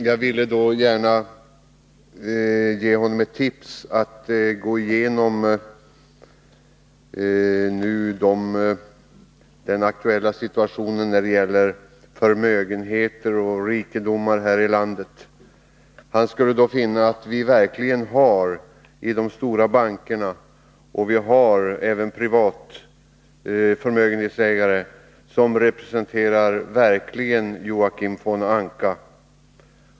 Jag ville gärna ge honom ett tips att gå igenom den aktuella situationen när det gäller förmögenheter och rikedomar här i landet. Han skulle då finna att vi i de stora bankerna och även bland privatpersoner har förmögenhetsägare som verkligen representerar Joakim von Anka.